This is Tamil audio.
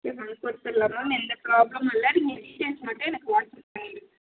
ஓகே மேம் கொடுத்துர்லாம் மேம் எந்த ப்ராப்ளமும் இல்லை நீங்கள் டீட்டெயில்ஸ் மட்டும் எனக்கு வாட்ஸ்அப் பண்ணிவிடுங்க